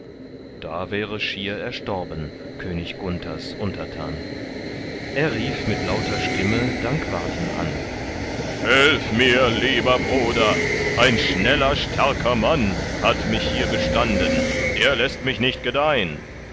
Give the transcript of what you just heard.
da wäre schier erstorben könig gunthers untertan er rief mit lauter stimme dankwarten an hilf mir lieber bruder ein schneller starker mann hat mich hier bestanden der läßt mich nicht gedeihn